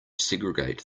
segregate